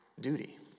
duty